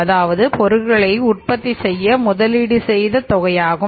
அதாவது பொருட்களை உற்பத்தி செய்ய முதலீடு செய்த தொகையாகும்